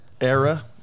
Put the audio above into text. era